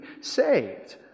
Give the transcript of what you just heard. saved